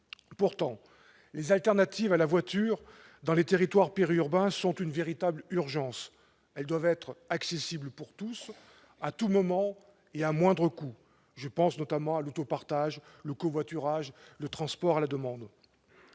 Pourtant, les alternatives à la voiture dans les territoires périurbains sont une véritable urgence : elles doivent être accessibles à tous, à tout moment et à moindre coût. Je pense notamment à l'autopartage, au covoiturage et au transport à la demande.